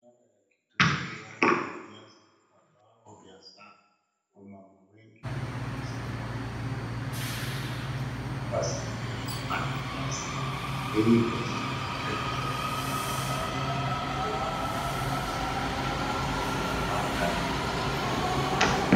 Biashara ya kitunguu ,nyanya na viazi ni mojawapo ya biashara wamama wengi wa garissa wamejiunga nayo kuwasaidia kupata pesa, hili biashara haitaki pesa mingi kuanza kwa hivyo wamama wengi wanaweza pata hilo pesa ya kuanza.